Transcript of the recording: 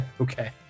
Okay